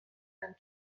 and